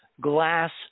glass